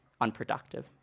unproductive